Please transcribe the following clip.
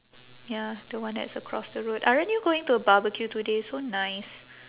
ya the one that's across the road aren't you going to a barbecue today so nice